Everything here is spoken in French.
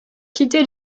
quitté